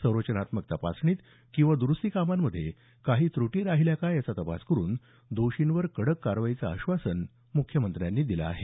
संरचनात्मक तपासणीत किंवा दरुस्ती कामांमध्ये काही त्रटी राहिल्या का याचा तपास करून दोषींवर कडक कारवाईचं आश्वासन मुख्यमंत्र्यांनी दिलं आहे